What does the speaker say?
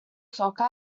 soccer